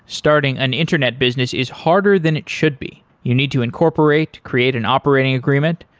starting an internet business is harder than it should be. you need to incorporate, create an operating agreement,